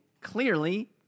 clearly